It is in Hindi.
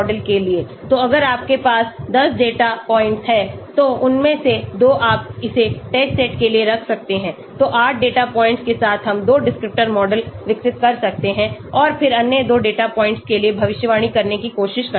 तो अगर आपके पास 10 डेटा पॉइंट्स हैं तो उनमें से 2 आप इसे टेस्ट सेट के लिए रख सकते हैंतो 8 डेटा पॉइंट्स के साथ हम 2 डिस्क्रिप्टर मॉडल विकसित कर सकते हैं और फिर अन्य 2 डेटा पॉइंट्स के लिए भविष्यवाणी करने की कोशिश करते हैं